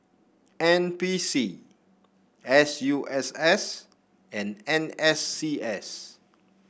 N P C S U S S and N S C S